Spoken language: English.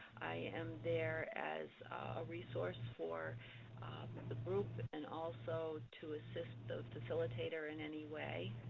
i am there as a resource for the group and also to assist the facilitator in any way.